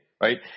Right